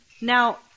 Now